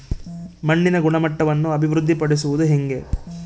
ಮಣ್ಣಿನ ಗುಣಮಟ್ಟವನ್ನು ಅಭಿವೃದ್ಧಿ ಪಡಿಸದು ಹೆಂಗೆ?